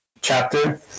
chapter